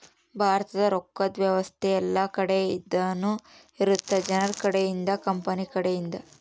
ಭಾರತದ ರೊಕ್ಕದ್ ವ್ಯವಸ್ತೆ ಯೆಲ್ಲ ಕಡೆ ಇಂದನು ಇರುತ್ತ ಜನರ ಕಡೆ ಇಂದ ಕಂಪನಿ ಕಡೆ ಇಂದ